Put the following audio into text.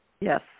Yes